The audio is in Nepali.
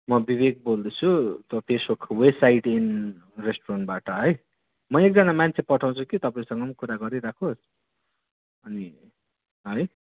म विवेक बोल्दैछु पेसोक वे साइड इन रेस्टुरेन्टबाट है म एकजना मान्छे पठाउँछु कि तपाईँसँग पनि कुरा गरिराखोस् अनि है